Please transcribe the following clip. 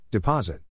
Deposit